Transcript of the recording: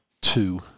two